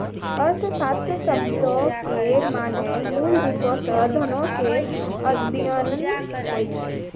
अर्थशास्त्र शब्दो के माने मूलरुपो से धनो के अध्ययन होय छै